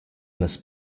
las